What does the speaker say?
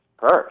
first